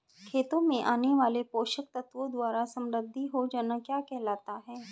खेतों में आने वाले पोषक तत्वों द्वारा समृद्धि हो जाना क्या कहलाता है?